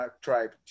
tribe